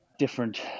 different